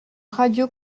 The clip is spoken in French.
radio